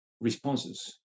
responses